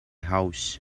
house